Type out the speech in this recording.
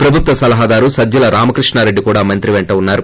ప్రభుత్వ సలహాదారుడు సజ్జల రామకృష్ణారెడ్డి కూడా మంత్రి పెంట ఉన్నారు